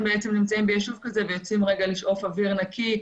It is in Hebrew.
נמצאים ביישוב כזה ויוצאים רגע לשאוף אוויר נקי,